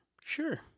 Sure